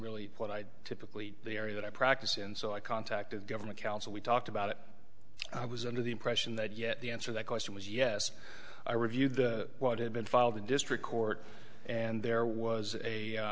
really what i'd typically the area that i practice and so i contacted government counsel we talked about it i was under the impression that yet the answer that question was yes i reviewed what had been filed in district court and there was a